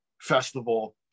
festival